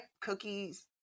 Cookies